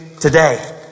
today